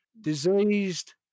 diseased